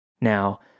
Now